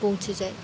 পৌঁছে যায়